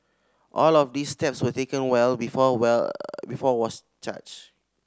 all of these steps were taken well before well before was charged